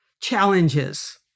challenges